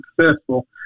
successful